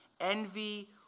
Envy